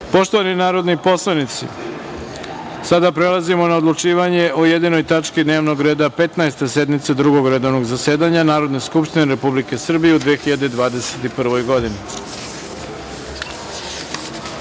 Poštovani narodni poslanici, sada prelazimo na odlučivanje o jedinoj tački dnevnog reda Petnaeste sednice Drugog redovnog zasedanja Narodne skupštine Republike Srbije u 2021. godini. Prva